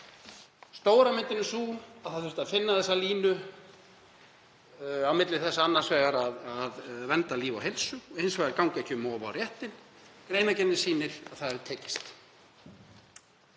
Stóra myndin er sú að það þurfti að finna þessa línu á milli þess annars vegar að vernda líf og heilsu og hins vegar að ganga ekki um of á réttinn. Greinargerðin sýnir að það hefur tekist.